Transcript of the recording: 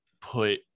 put